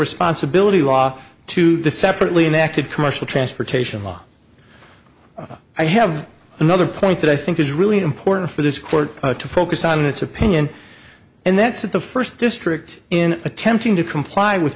responsibility law to the separately an act of commercial transportation law i have another point that i think is really important for this court to focus on its opinion and that's the first district in attempting to comply with